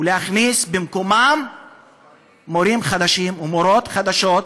ולהכניס במקומם מורים חדשים ומורות חדשות,